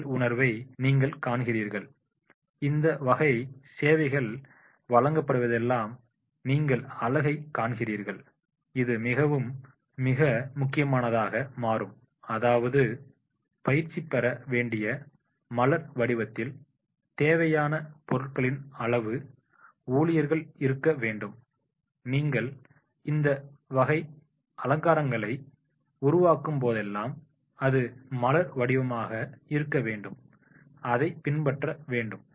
அழகியல் உணர்வை நீங்கள் காண்கிறீர்கள் இந்த வகை சேவைகள் வழங்கப்படும்போதெல்லாம் நீங்கள் அழகைக் காண்கிறீர்கள் இது மிகவும் மிக முக்கியமானதாக மாறும் அதாவது பயிற்சி பெற வேண்டிய மலர் வடிவத்தில் தேவையான பொருட்களின் அளவு ஊழியர்கள் இருக்க வேண்டும் நீங்கள் இந்த வகை அலங்காரங்களை உருவாக்கும் போதெல்லாம் அது மலர் வடிவமாக இருக்க வேண்டும் அதைப் பின்பற்ற வேண்டும்